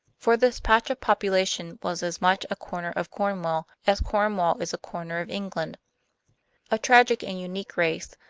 for this patch of population was as much a corner of cornwall as cornwall is a corner of england a tragic and unique race,